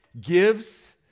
gives